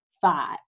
five